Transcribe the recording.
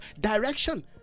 direction